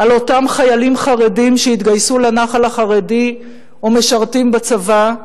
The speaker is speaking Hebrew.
על אותם חיילים חרדים שהתגייסו לנח"ל החרדי או משרתים בצבא,